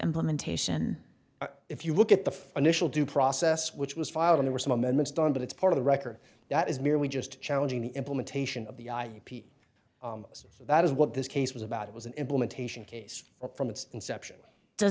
implementation if you look at the initial due process which was filed in the were some amendments done but it's part of the record that is merely just challenging the implementation of the ip so that is what this case was about it was an implementation case from its inception